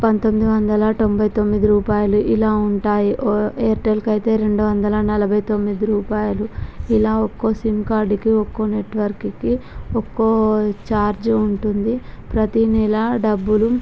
పంతొమ్మిది వందల తొంభై తొమ్మిది రూపాయలు ఇలా ఉంటాయి ఎయిర్టెల్కి అయితే రెండు వందల నలభై తొమ్మిది రూపాయలు ఇలా ఒక్కో సిమ్ కార్డుకి ఒక్కో నెట్వర్క్కి ఒక్కో ఛార్జ్ ఉంటుంది ప్రతి నెల డబ్బులు